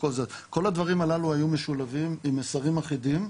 כל הדברים הללו היו משולבים עם מסרים אחידים,